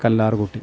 Kallarkutty